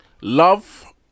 Love